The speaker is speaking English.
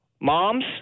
moms